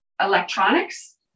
electronics